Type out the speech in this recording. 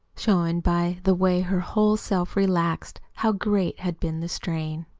showing by the way her whole self relaxed how great had been the strain.